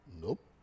Nope